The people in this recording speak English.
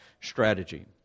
strategy